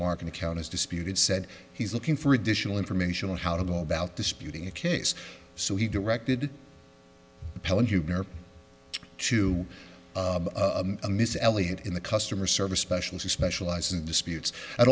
mark an account is disputed said he's looking for additional information on how to go about disputing a case so he directed to a miss elliott in the customer service special who specializes in disputes at